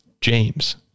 James